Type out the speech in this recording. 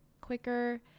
quicker